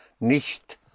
nicht